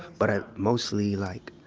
but ah mostly, like,